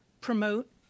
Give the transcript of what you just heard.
promote